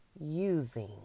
using